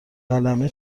قلمه